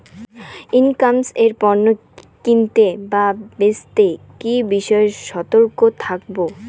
ই commerce এ পণ্য কিনতে বা বেচতে কি বিষয়ে সতর্ক থাকব?